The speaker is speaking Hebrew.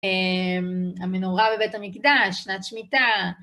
המנורה בבית המקדש, שנת שמיטה.